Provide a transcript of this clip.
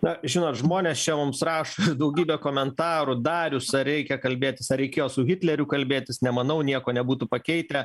na žinot žmonės čia mums rašo daugybę komentarų darius ar reikia kalbėtis ar reikėjo su hitleriu kalbėtis nemanau nieko nebūtų pakeitę